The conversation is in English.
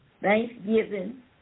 Thanksgiving